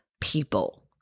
people